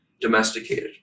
domesticated